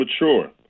mature